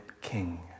king